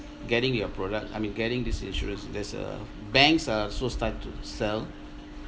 getting your product I mean getting this insurance there's a banks uh also start to sell